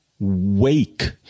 wake